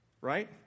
Right